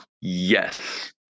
Yes